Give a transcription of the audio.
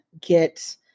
get